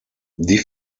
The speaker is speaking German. die